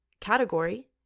category